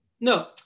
No